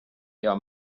hea